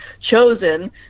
chosen